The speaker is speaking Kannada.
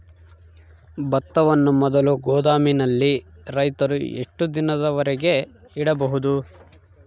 ಭತ್ತವನ್ನು ಮೊದಲು ಗೋದಾಮಿನಲ್ಲಿ ರೈತರು ಎಷ್ಟು ದಿನದವರೆಗೆ ಇಡಬಹುದು?